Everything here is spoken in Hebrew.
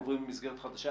עוברים למסגרת חדשה,